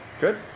good